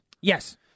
Yes